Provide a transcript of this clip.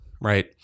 right